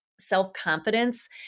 self-confidence